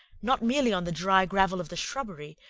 not merely on the dry gravel of the shrubbery,